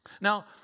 Now